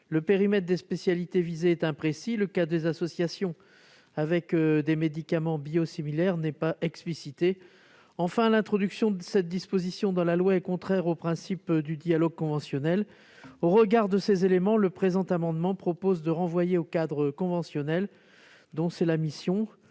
Le périmètre des spécialités visées est imprécis et le cas des associations avec des médicaments biosimilaires n'est pas explicité. Enfin, l'introduction de cette disposition dans la loi est contraire aux principes du dialogue conventionnel. Au regard de ces éléments, nous proposons de renvoyer au cadre conventionnel, dont c'est l'objet,